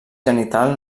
genital